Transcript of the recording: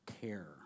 care